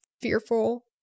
fearful